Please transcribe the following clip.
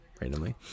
randomly